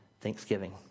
thanksgiving